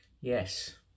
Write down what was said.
Yes